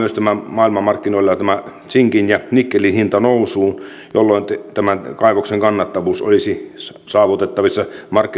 maailmanmarkkinoilla tämä sinkin ja nikkelin hinta nousuun jolloin tämän kaivoksen kannattavuus olisi saavutettavissa